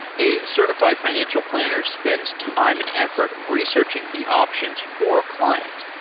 a certified financial planner spends time and effort researching the options for a client.